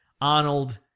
Arnold